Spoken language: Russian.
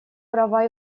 права